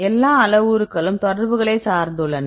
எல்லா அளவுருக்களும் தொடர்புகளை சார்ந்துள்ளன